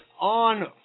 on